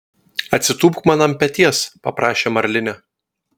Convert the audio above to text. atsitūpk man ant peties paprašė marlinė